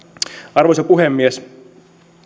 arvoisa puhemies